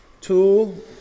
Two